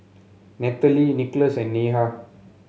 Nathalie Nicolas and Neha